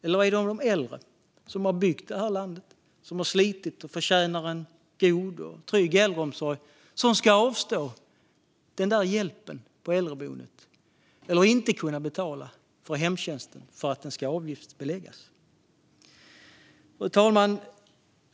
Eller är det de äldre, som har slitit och byggt det här landet och förtjänar en god och trygg äldreomsorg, som ska avstå den där hjälpen på äldreboendet eller inte ska kunna betala för hemtjänsten för att den ska avgiftsbeläggas? Fru talman!